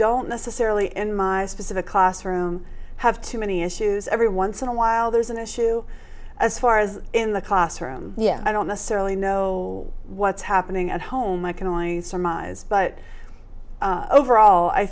don't necessarily in my specific classroom have too many issues every once in a while there's an issue as far as in the classroom yeah i don't necessarily know what's happening at home i can only surmise but overall i